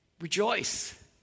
Rejoice